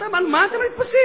אתם, למה אתם נתפסים?